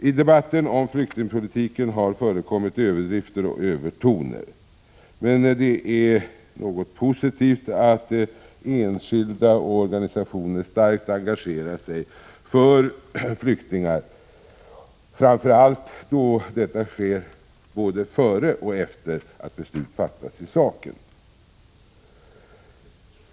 I debatten om flyktingpolitiken har det förekommit överdrifter och övertoner, men det är positivt att enskilda och organisationer starkt engagerar sig för flyktingar — framför allt då detta sker både före och efter att beslut fattats i saken.